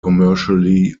commercially